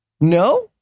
No